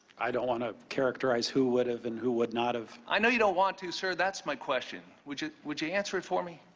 i don't want to characterize who would've and who would not have. i know you don't want to, sir. that's my question. would you would you answer it for me?